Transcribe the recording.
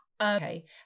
Okay